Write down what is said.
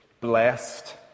Blessed